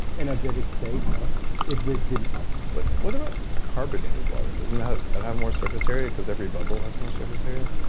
energetic state. yeah it will dim out what what about carbonated water? doesn't that that have more surface area, because every bubble has more surface area?